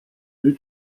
due